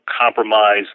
compromise